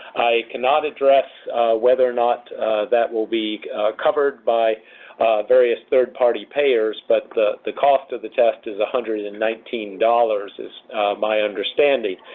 i cannot address whether or not that will be covered by various third-party payers, but the the cost of the test is one ah hundred and nineteen dollars is my understanding.